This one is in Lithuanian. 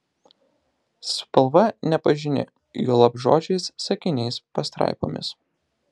spalva nepažini juolab žodžiais sakiniais pastraipomis